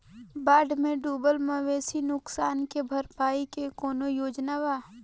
बाढ़ में डुबल मवेशी नुकसान के भरपाई के कौनो योजना वा?